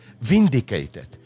vindicated